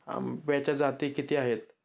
आंब्याच्या जाती किती आहेत?